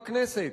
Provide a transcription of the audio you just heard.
בכנסת,